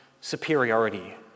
superiority